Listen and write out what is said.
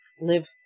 live